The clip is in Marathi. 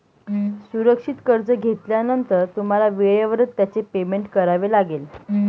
सुरक्षित कर्ज घेतल्यानंतर तुम्हाला वेळेवरच त्याचे पेमेंट करावे लागेल